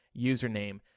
username